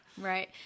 Right